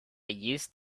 used